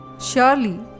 Surely